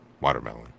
watermelon